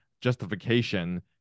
justification